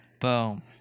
Boom